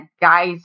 guys